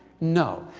no.